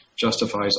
justifies